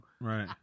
Right